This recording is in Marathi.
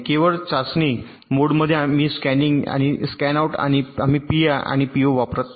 केवळ चाचणी मोडमध्ये मी स्कॅनिन आणि स्कॅनआउट आम्ही पीआय आणि पीओ वापरत नाही